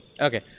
Okay